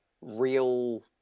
real